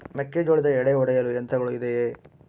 ಮೆಕ್ಕೆಜೋಳದ ಎಡೆ ಒಡೆಯಲು ಯಂತ್ರಗಳು ಇದೆಯೆ?